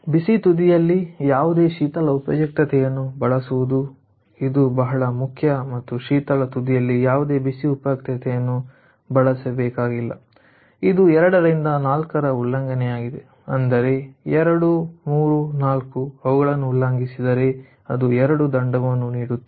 ಬಿಸಿ ತುದಿಯಲ್ಲಿ ಯಾವುದೇ ಶೀತಲ ಉಪಯುಕ್ತತೆಯನ್ನು ಬಳಸುವುದು ಇದು ಬಹಳ ಮುಖ್ಯ ಮತ್ತು ಶೀತಲ ತುದಿಯಲ್ಲಿ ಯಾವುದೇ ಬಿಸಿ ಉಪಯುಕ್ತತೆಯನ್ನು ಬಳಸಬೇಕಾಗಿಲ್ಲ ಇದು 2 ರಿಂದ 4 ರ ಉಲ್ಲಂಘನೆಯಾಗಿದೆ ಅಂದರೆ 2 3 4 ಅವುಗಳನ್ನು ಉಲ್ಲಂಘಿಸಿದರೆ ಅದು ಎರಡು ದಂಡವನ್ನು ನೀಡುತ್ತದೆ